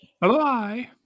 Bye